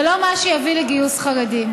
זה לא מה שיביא לגיוס חרדים.